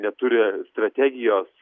neturi strategijos